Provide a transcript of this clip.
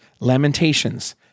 Lamentations